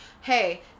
hey